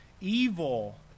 evil